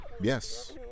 Yes